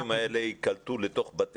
זה לא אולי יפגעו,